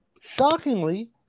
Shockingly